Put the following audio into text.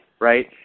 right